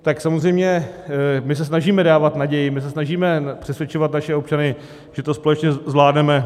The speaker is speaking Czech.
Tak samozřejmě my se snažíme dávat naději, my se snažíme přesvědčovat naše občany, že to společně zvládneme.